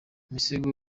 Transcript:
misago